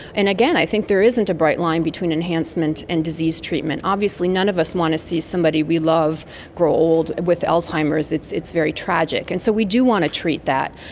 and again i think there isn't a bright line between enhancement and disease treatment. obviously none of us want to see somebody we love grow old with alzheimer's, it's it's very tragic, and so we do want to treat that.